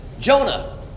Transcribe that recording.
Jonah